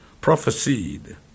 prophesied